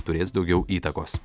turės daugiau įtakos